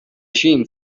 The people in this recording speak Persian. شیم